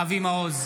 איפה החטופים?